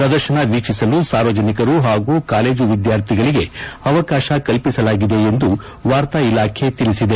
ಪ್ರದರ್ಶನ ವೀಕ್ಷಿಸಲು ಸಾರ್ವಜನಿಕರು ಹಾಗೂ ಕಾಲೇಜು ವಿದ್ಯಾರ್ಥಿಗಳಿಗೆ ಅವಕಾಶ ಕಲ್ಪಿಸಲಾಗಿದೆ ಎಂದು ವಾರ್ತಾ ಇಲಾಖೆ ತಿಳಿಸಿದೆ